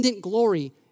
glory